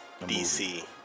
DC